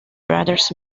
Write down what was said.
brothers